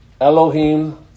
Elohim